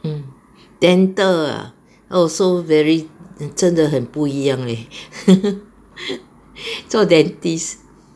mm dental ah so very 真的很不一样 leh 做 dentist